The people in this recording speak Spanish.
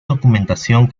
documentación